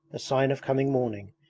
a sign of coming morning,